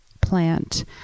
plant